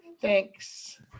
Thanks